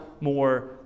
more